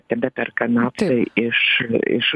tebeperka naftą iš iš